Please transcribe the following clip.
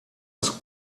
was